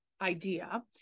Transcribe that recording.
idea